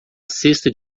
cesta